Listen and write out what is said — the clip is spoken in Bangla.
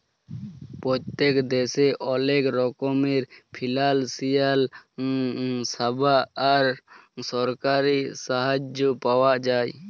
পত্তেক দ্যাশে অলেক রকমের ফিলালসিয়াল স্যাবা আর সরকারি সাহায্য পাওয়া যায়